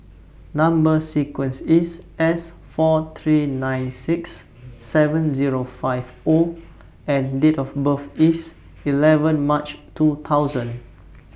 Number sequence IS S four three nine six seven Zero five O and Date of birth IS eleven March two thousand